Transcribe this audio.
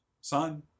son